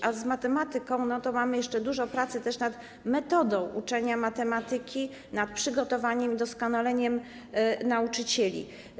A z matematyką mamy jeszcze dużo pracy, też nad metodą uczenia matematyki, nad przygotowaniem i doskonaleniem nauczycieli.